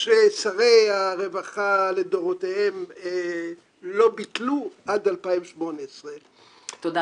ששרי הרווחה לדורותיהם לא ביטלו עד 2018. תודה.